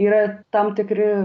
yra tam tikri